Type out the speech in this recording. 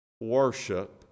worship